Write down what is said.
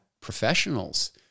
professionals